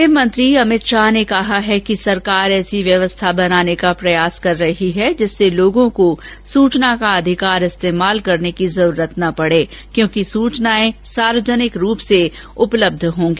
गृहमंत्री अमित शाह ने कहा है कि सरकार ऐसी व्यवस्था बनाने का प्रयास कर रही है जिससे लोगों को सूचना का अधिकार इस्तेमाल करने की जरूरत न पड़े क्योंकि सूचनाएं सार्वजनिक रूप से उपलब्ध रहेंगी